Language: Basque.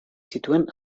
zituen